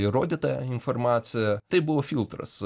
įrodytą informaciją tai buvo filtras